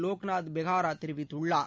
வோக்நாத் பெகரா தெரிவித்துள்ளார்